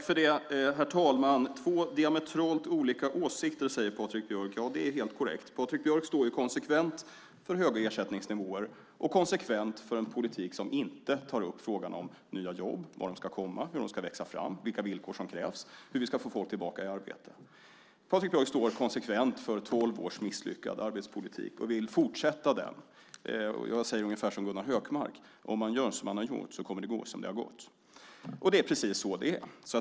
Herr talman! "Två diametralt olika åsikter" säger Patrik Björck. Det är helt korrekt. Patrik Björck står konsekvent för höga ersättningsnivåer och konsekvent för en politik som inte tar upp frågan om nya jobb, var de ska komma, hur de ska växa fram, vilka villkor som krävs och hur vi ska få folk tillbaka i arbete. Patrik Björck står konsekvent för tolv års misslyckad arbetspolitik och vill fortsätta den. Jag säger ungefär som Gunnar Hökmark: Om man gör som man har gjort kommer det att gå som det har gått. Det är precis så det är.